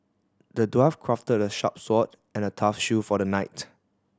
the dwarf crafted a sharp sword and a tough shield for the knight